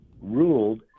ruled